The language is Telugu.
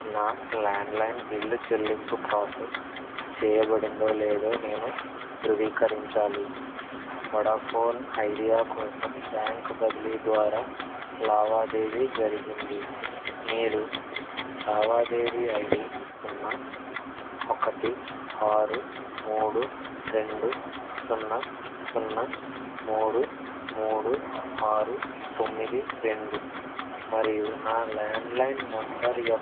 నా ల్యాండ్లైన్ బిల్లు చెల్లింపు ప్రాసెస్ చెయ్యబడిందో లేదో నేను ధృవీకరించాలి వొడాఫోన్ ఐడియా కోసం బ్యాంకు బదిలీ ద్వారా లావాదేవీ జరిగింది మీరు లావాదేవీ ఐడీ సున్నా ఒకటి ఆరు మూడు రెండు సున్నా సున్నా మూడు మూడు ఆరు తొమ్మిది రెండు మరియు నా ల్యాండ్లైన్ నంబర్